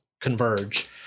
converge